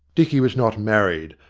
dicky was not married,